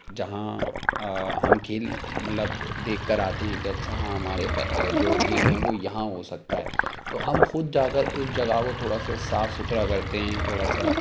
جہاں ہم کھیل مطلب دیکھ کر آتے ہیں کہ اچھا ہاں ہمارے جو گیم ہے وہ یہاں ہو سکتا ہے تو ہم خود جا کر اس جگہ کو تھوڑا سا صاف ستھرا کرتے ہیں تھوڑا سا